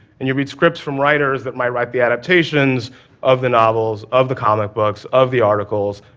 and you read scripts from writers that might write the adaptations of the novels, of the comic books, of the articles,